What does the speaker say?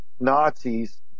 Nazis